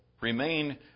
remain